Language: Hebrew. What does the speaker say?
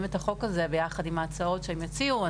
את החוק הזה ביחד עם ההצעות שהן הציעו.